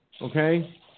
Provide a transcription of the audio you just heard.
Okay